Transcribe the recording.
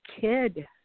kid